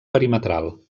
perimetral